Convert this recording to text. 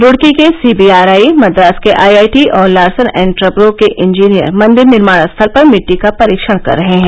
रूडकी के सीबीआरआई मद्रास के आईआईटी और लारसन एण्ड ट्रव्नो के इंजीनियर मंदिर निर्माण स्थल पर मिट्टी का परीक्षण कर रहे हैं